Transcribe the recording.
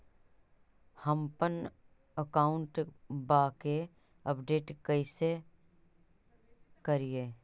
हमपन अकाउंट वा के अपडेट कैसै करिअई?